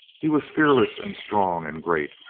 he was fearless and strong and great.